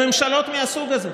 לממשלות מהסוג הזה,